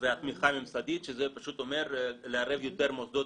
והתמיכה הממסדית, שזה אומר לערב מוסדות